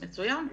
מצוין,